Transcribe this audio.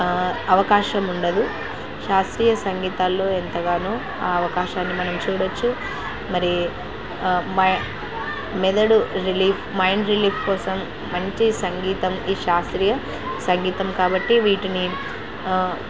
అవకాశం ఉండదు శాస్త్రీయ సంగీతాల్లో ఎంతగానో ఆ అవకాశాన్ని మనం చూడవచ్చు మరి మై మెదడు రిలీఫ్ మైండ్ రిలీఫ్ కోసం మంచి సంగీతం ఈ శాస్త్రీయ సంగీతం కాబట్టి వీటిని